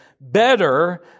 better